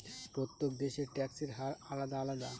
প্রত্যেক দেশের ট্যাক্সের হার আলাদা আলাদা